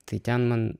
tai ten man